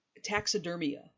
Taxidermia